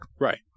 Right